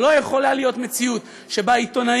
אבל לא יכולה להיות מציאות שבה עיתונאים,